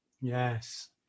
Yes